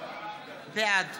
בעד